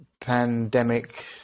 pandemic